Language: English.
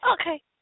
Okay